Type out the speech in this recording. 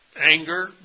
anger